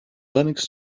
linux